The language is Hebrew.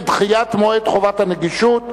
דחיית מועד חובת הנגישות),